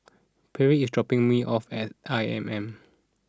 Pierre is dropping me off at I M M